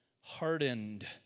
hardened